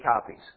copies